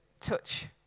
touch